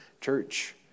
church